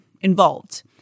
involved